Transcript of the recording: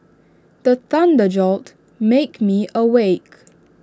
the thunder jolt make me awake